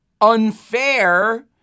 unfair